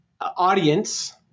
audience